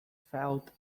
felt